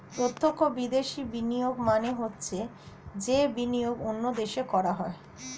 প্রত্যক্ষ বিদেশি বিনিয়োগ মানে হচ্ছে যে বিনিয়োগ অন্য দেশে করা হয়